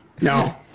No